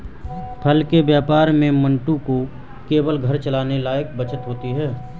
फल के व्यापार में मंटू को केवल घर चलाने लायक बचत होती है